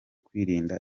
kwirinda